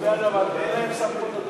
ההצעה להעביר את הנושא